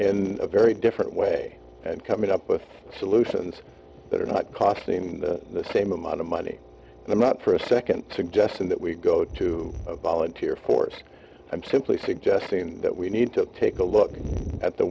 in a very different way and coming up with solutions that are not costing the same amount of money and i'm not for a second suggesting that we go to a volunteer force i'm simply suggesting that we need to take a look at the